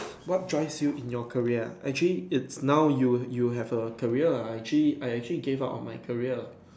what drives you in your career actually it's now you you have a career ah I actually I actually gave up on my career